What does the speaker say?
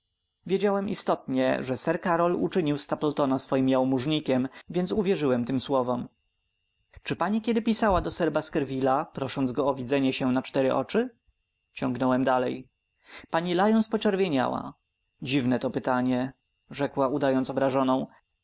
wiedziałam istotnie że sir karol uczynił stapletona swoim jałmużnikiem więc uwierzyłam tym słowom czy pani kiedy pisała do sir baskervilla prosząc go o widzenie się na cztery oczy ciągnąłem dalej pani lyons poczerwieniała dziwne to pytanie rzekła udając obrażoną